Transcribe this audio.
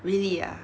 really ah